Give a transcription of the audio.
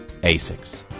ASICS